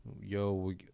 yo